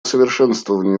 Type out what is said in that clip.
совершенствованию